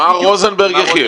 -- מר רוזנברג יחיאל.